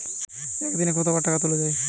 একদিনে কতবার টাকা তোলা য়ায়?